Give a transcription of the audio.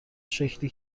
شکلی